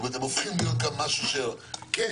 הם הופכים כאן משהו שכן,